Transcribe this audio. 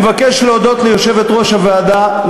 ואני מבקש להודות ליושבת-ראש הוועדה,